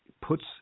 puts